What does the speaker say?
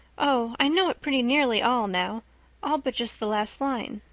oh, i know it pretty nearly all now all but just the last line.